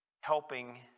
helping